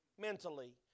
Mentally